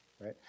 Right